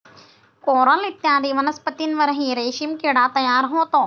coral इत्यादी वनस्पतींवरही रेशीम किडा तयार होतो